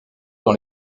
dans